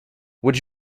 would